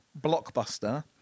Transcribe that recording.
Blockbuster